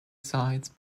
sides